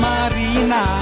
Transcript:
Marina